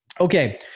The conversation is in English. okay